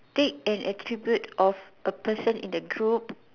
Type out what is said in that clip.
take an attribute of a person in the group